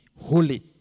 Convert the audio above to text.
holy